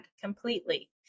completely